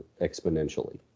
exponentially